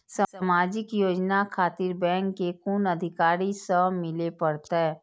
समाजिक योजना खातिर बैंक के कुन अधिकारी स मिले परतें?